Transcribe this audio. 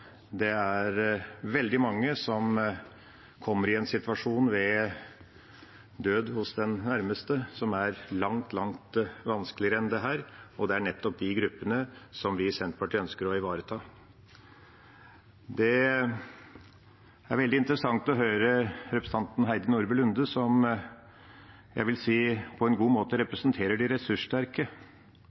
Det er veldig mange som kommer i en situasjon ved død hos den nærmeste, som er langt, langt vanskeligere enn dette, og det er nettopp de gruppene som vi i Senterpartiet ønsker å ivareta. Det er veldig interessant å høre representanten Heidi Nordby Lunde, som jeg vil si på en god måte representerer de ressurssterke,